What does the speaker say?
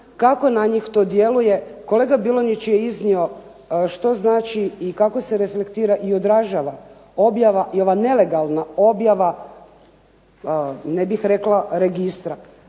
kako na njih to djeluje. Kolega Bilonjić je iznio što znači i kako se reflektira i odražava objava i ova nelegalna objava, ne bih rekla registra